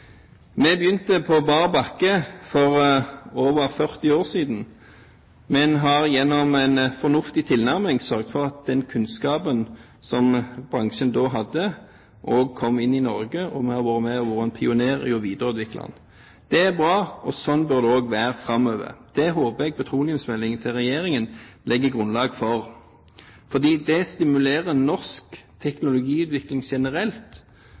Vi begynte på bar bakke for over 40 år siden, men har gjennom en fornuftig tilnærming sørget for at den kunnskapen som bransjen da hadde, også kom inn i Norge, og vi har vært med og vært en pioner i å videreutvikle den. Det er bra, og slik bør det også være framover. Det håper jeg petroleumsmeldingen til regjeringen legger grunnlag for, for det stimulerer norsk teknologiutvikling generelt